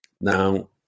now